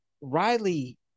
Riley